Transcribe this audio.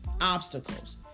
obstacles